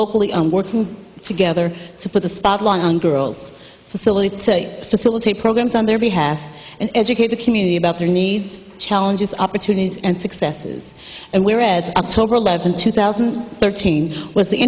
locally and working together to put the spotlight on girls facility to facilitate programs on their behalf and educate the community about their needs challenges opportunities and successes and where as october eleventh two thousand and thirteen was the